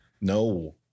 no